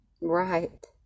Right